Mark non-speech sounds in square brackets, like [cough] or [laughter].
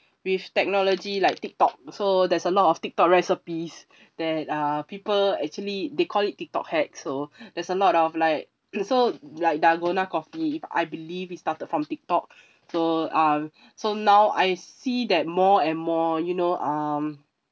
with technology like TikTok so there's a lot of TikTok recipes [breath] that are people actually they call it TikTok hacks so [breath] there's a lot of like so like dalgona coffee I believe it started from TikTok [breath] so uh so now I see that more and more you know um